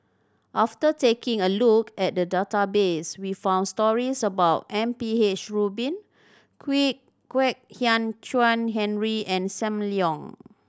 after taking a look at the database we found stories about M P H Rubin Kwek Hian Chuan Henry and Sam Leong